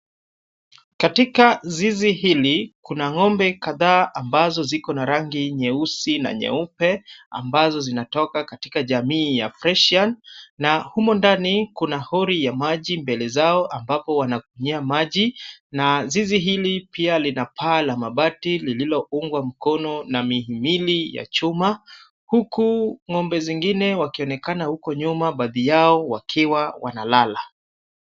Katika zizi hili, kuna ng'ombe kadhaa ambazo ziko na rangi nyeusi na nyeupe, ambazo zinatoka katika jamii ya freshian na humo ndani kuna hori ya maji mbele zao ambapo wanakunywia maji na zizi hili pia lina paa la mabati lililoungwa mkono na mihimili ya chuma huku ng'ombe zingine wakionekana huko nyuma baadhi yao wakiwa wanalala.